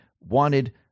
wanted